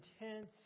intense